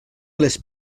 les